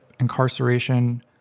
incarceration